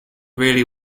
really